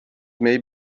may